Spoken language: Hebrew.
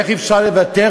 איך אפשר לוותר,